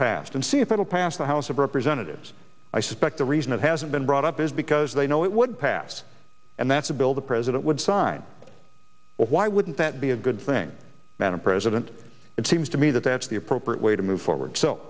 passed and see if it'll pass the house of representatives i suspect the reason it hasn't been brought up is because they know it would pass and that's a bill the president would sign why wouldn't that be a good thing madam president it seems to me that that's the appropriate way to move forward so